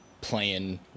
playing